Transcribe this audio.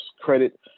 credit